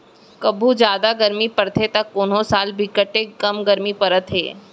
कभू जादा गरमी परथे त कोनो साल बिकटे कम गरमी परत हे